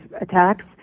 attacks